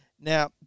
Now